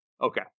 okay